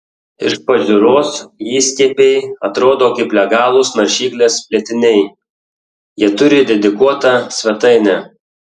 iš pažiūros įskiepiai atrodo kaip legalūs naršyklės plėtiniai jie turi dedikuotą svetainę